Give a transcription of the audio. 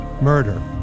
Murder